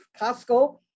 Costco